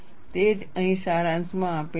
તે જ અહીં સારાંશમાં આપેલ છે